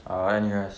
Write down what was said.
uh N_U_S